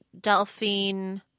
Delphine